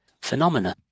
phenomena